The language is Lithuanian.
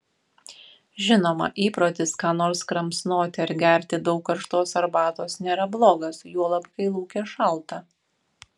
žinoma įprotis ką nors kramsnoti ar gerti daug karštos arbatos nėra blogas juolab kai lauke šalta